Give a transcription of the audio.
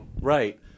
Right